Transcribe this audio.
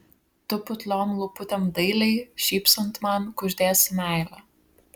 tu putliom lūputėm dailiai šypsant man kuždėsi meilę